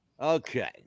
Okay